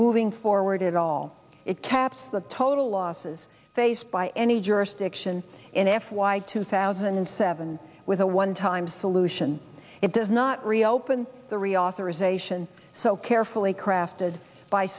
moving forward at all it caps the total losses faced by any jurisdiction in f y two thousand and seven with a one time solution it does not reopen the reauthorization so carefully crafted by